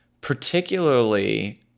particularly